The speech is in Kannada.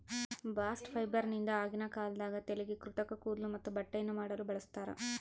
ಬಾಸ್ಟ್ ಫೈಬರ್ನಿಂದ ಆಗಿನ ಕಾಲದಾಗ ತಲೆಗೆ ಕೃತಕ ಕೂದ್ಲು ಮತ್ತೆ ಬಟ್ಟೆಯನ್ನ ಮಾಡಲು ಬಳಸ್ತಾರ